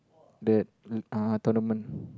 that uh tournament